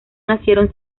nacieron